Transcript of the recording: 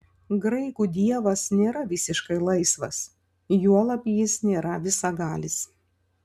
graikų dievas nėra visiškai laisvas juolab jis nėra visagalis